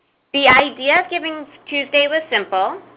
the idea of givingtuesday was simple.